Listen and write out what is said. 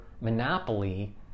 monopoly